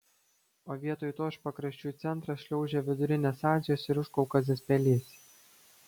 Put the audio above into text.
o vietoj to iš pakraščių į centrą šliaužia vidurinės azijos ir užkaukazės pelėsiai